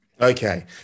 Okay